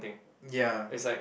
ya